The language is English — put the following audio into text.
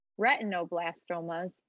retinoblastomas